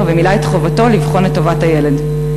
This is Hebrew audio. ומילא את חובתו לבחון את טובת הילד.